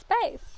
space